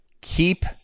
Keep